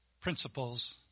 principles